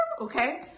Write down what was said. Okay